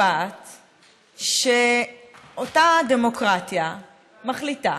אותה דמוקרטיה מחליטה,